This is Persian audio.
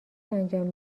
انجام